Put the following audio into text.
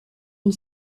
une